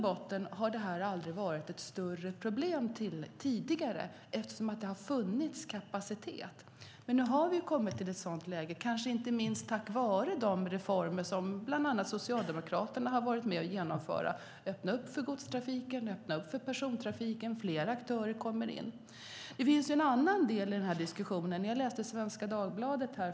Detta har egentligen inte varit något större problem tidigare, för det har funnits kapacitet. Nu har vi dock kommit till ett sådant läge, kanske inte minst på grund av de reformer som bland andra Socialdemokraterna har varit med att genomföra. Man har öppnat upp för godstrafiken och persontrafiken så att fler aktörer kommer in. Det finns en annan aspekt på den här diskussionen.